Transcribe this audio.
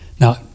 Now